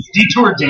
Detour